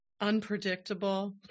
Unpredictable